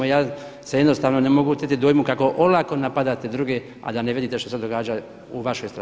Ja se jednostavno ne mogu oteti dojmu kako olako napadate druge, a da ne vidite što se događa u vašoj stranci.